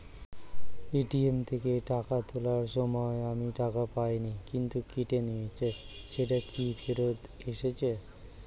ATM থেকে টাকা তোলার সময় আমি টাকা পাইনি কিন্তু কেটে নিয়েছে সেটা কি ফেরত এসেছে?